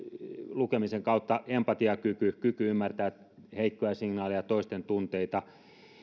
lukemisen kautta empatiakyky kyky ymmärtää heikkoja signaaleja toisten tunteita